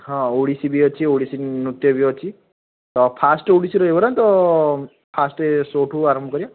ହଁ ଓଡ଼ିଶୀ ବି ଅଛି ଓଡ଼ିଶୀ ନୃତ୍ୟ ବି ଅଛି ତ ଫାଷ୍ଟ୍ ଓଡ଼ିଶୀ ରହିବ ନା ତ ଫାଷ୍ଟ୍ ଶୋଠାରୁ ଆରମ୍ଭ କରିବା